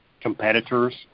competitors